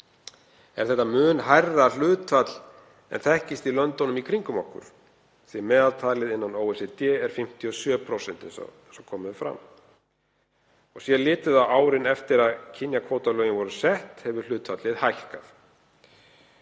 er það mun hærra hlutfall en þekkist í löndunum í kringum okkur því að meðaltalið innan OECD er 57%, eins og komið hefur fram. Sé litið á árin eftir að kynjakvótalögin voru sett hefur hlutfallið hækkað.